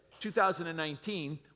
2019